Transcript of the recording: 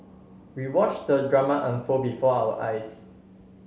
we watched the drama unfold before our eyes